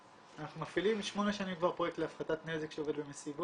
אנחנו מפעילים כבר שמונה שנים פרויקט להפחתת נזק שעובד במסיבות,